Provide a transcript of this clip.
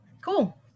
Cool